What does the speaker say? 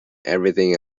everything